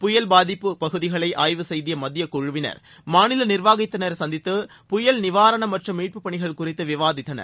புயல் பாதிப்புகளை ஆய்வு செய்த மத்திய குழுவினர் மாநில நிர்வாகத்தினரை சந்தித்து புயல் நிவாரணம் மற்றும் மீட்பு பணிகள் குறித்து விவாதித்தனர்